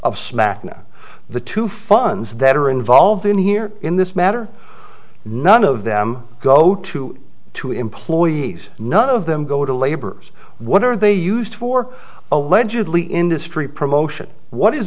of smack into the two funds that are involved in here in this matter none of them go to two employees none of them go to laborers what are they used for allegedly industry promotion what is